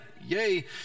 yay